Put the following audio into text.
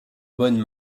bonnes